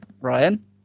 Ryan